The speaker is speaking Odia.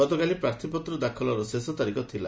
ଗତକାଲି ପ୍ରାର୍ଥୀପତ୍ର ଦାଖଲର ଶେଷ ତାରିଖ ଥିଲା